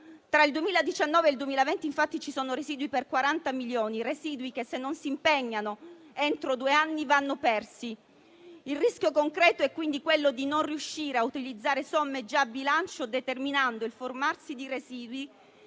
tra il 2019 e il 2020 infatti ci sono residui per 40 milioni, che se non si impegnano entro due anni, andranno persi. Il rischio concreto è quindi quello di non riuscire a utilizzare somme già a bilancio, determinando il formarsi di residui,